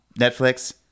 netflix